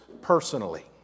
personally